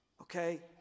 Okay